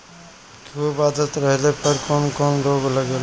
खुब आद्रता रहले पर कौन कौन रोग लागेला?